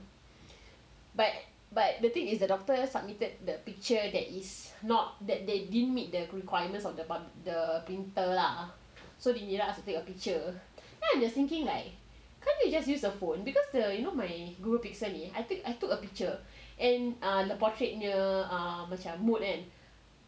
but but the thing is the doctor submitted the picture that is not that they didn't meet their requirements of the but the printer lah so they needed us to take a picture then I was thinking like can't you just use the phone because the you know my Google Pixel ni I took I took a picture and err portrait punya macam mode kan